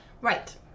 Right